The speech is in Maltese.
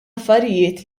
affarijiet